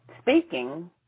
speaking